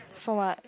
for what